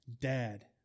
Dad